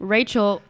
Rachel